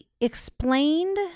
explained